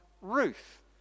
Ruth